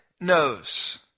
knows